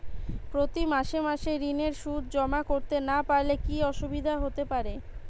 প্রতি মাসে মাসে ঋণের সুদ জমা করতে না পারলে কি অসুবিধা হতে পারে?